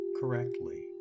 correctly